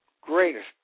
greatest